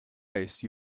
ice